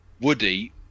Woody